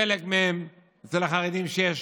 חלק מהם אצל החרדים, שיש